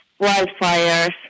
wildfires